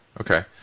Okay